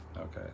okay